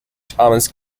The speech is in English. thomas